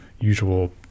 usual